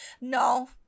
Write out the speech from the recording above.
no